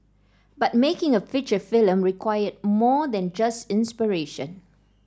but making a feature film required more than just inspiration